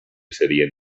serien